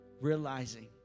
realizing